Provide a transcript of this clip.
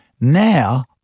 Now